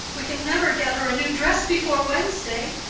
we can never get her a new dress before wednesday!